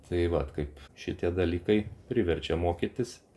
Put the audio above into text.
tai vat kaip šitie dalykai priverčia mokytis